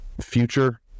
future